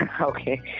Okay